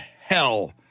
hell